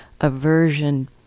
aversion